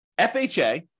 FHA